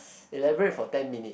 elaborate for ten minute